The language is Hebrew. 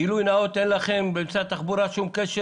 גילוי נאות: אין לכם במשרד התחבורה שום קשר